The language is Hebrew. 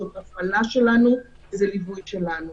זאת הפעלה שלנו וזה ליווי שלנו.